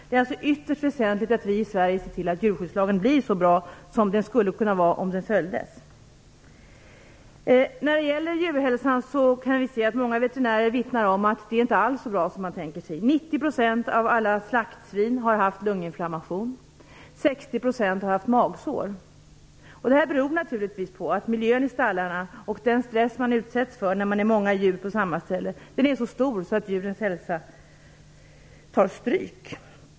Det är alltså ytterst väsentligt att vi i Sverige ser till att djurskyddslagen blir så bra som den skulle kunna vara om den följdes. Många veterinärer kan vittna om att djurhälsan inte alls är så bra som man tror. 90 % av alla slaktsvin har haft lunginflammation, och 60 % har haft magsår. Detta beror naturligtvis på miljön i stallarna och på den stress som djuren utsätts för när de är många på samma ställe - stressen är så stor att djurens hälsa tar stryk.